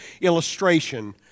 illustration